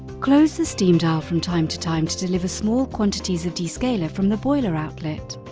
close the steam dial from time to time to deliver small quantities of descaler from the boiler outlet.